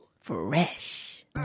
Fresh